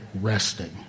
resting